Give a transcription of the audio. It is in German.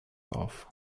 auf